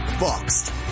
boxed